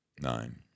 Nine